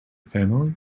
family